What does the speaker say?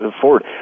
forward